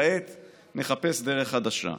כעת נחפש דרך חדשה".